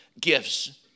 gifts